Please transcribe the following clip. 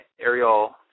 Ariel